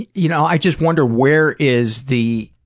you know, i just wonder, where is the,